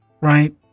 right